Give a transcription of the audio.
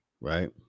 right